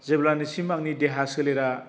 जेब्लानिसिम आंनि देहा सोलेरा